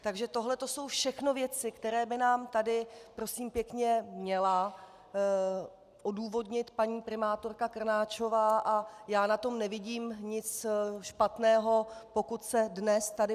Takže tohleto jsou všechno věci, které by nám tady měla odůvodnit paní primátorka Krnáčová, a já na tom nevidím nic špatného, pokud se dnes tady